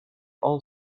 all